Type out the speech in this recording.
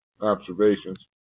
observations